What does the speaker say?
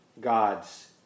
God's